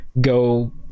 go